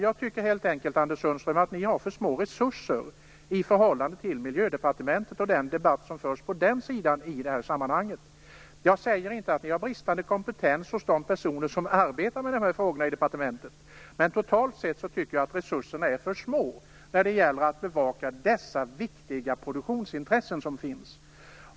Jag tycker helt enkelt, Anders Sundström, att ni har för små resurser i förhållande till Miljödepartementet och den debatt som förs på den sidan i detta sammanhang. Jag säger inte att de personer som arbetar med de här frågorna i departementet har bristande kompetens. Men totalt sett tycker jag att resurserna är för små när det gäller att bevaka de viktiga produktionsintressen som finns.